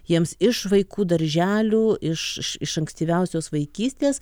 jiems iš vaikų darželių iš iš ankstyviausios vaikystės